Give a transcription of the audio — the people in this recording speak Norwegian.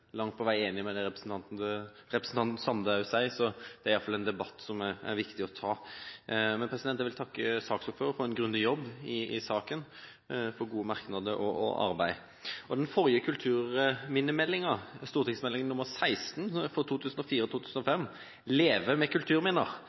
langt på vei enig i det representanten Sande nettopp sa. Det er i hvert fall en debatt som er viktig å ta. Jeg vil takke saksordføreren for en grundig jobb i saken, for gode merknader og arbeid. Den forrige kulturminnemeldingen, St.meld. nr. 16 for 2004–2005 Leve med kulturminner